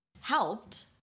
Helped